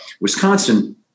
Wisconsin